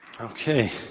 Okay